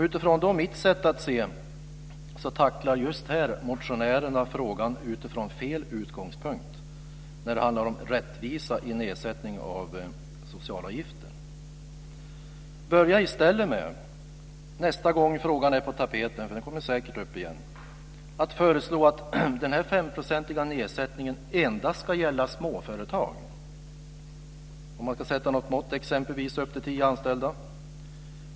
Utifrån mitt sätt att se tacklar motionärerna just här frågan utifrån fel utgångspunkt när det handlar om rättvisa i fråga om nedsättning av socialavgifterna. Börja i stället med att nästa gång som frågan är på tapeten, eftersom den säkert kommer upp igen, föreslå att denna nedsättning med 5 % endast ska gälla småföretag, exempelvis företag med upp till tio anställda.